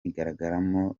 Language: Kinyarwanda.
igaragaramo